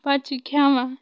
پَتہٕ چھِ کھیٚوان